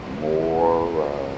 more